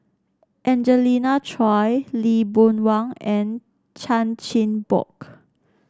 Angelina Choy Lee Boon Wang and Chan Chin Bock